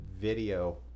video